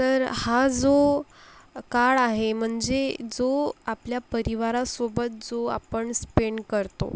तर हा जो काळ आहे मंजे जो आपल्या परिवारासोबत जो आपण स्पेंट करतो